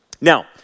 Now